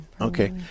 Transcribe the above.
Okay